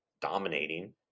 dominating